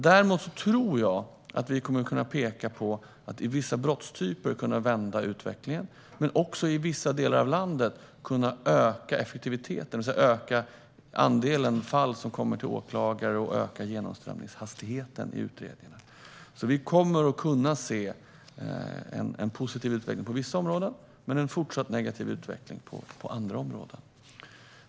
Däremot tror jag att vi kommer att kunna vända utvecklingen när det gäller vissa brottstyper men att vi också i vissa delar av landet kommer att kunna öka effektiviteten, det vill säga öka andelen fall som kommer till åklagare, och öka genomströmningshastigheten i utredningarna. Vi kommer alltså att kunna se en positiv utveckling på vissa områden men en fortsatt negativ utveckling på andra områden.